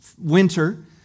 winter